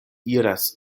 iras